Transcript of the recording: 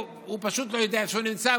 והוא פשוט לא יודע איפה הוא נמצא,